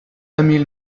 emil